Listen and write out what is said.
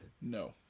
No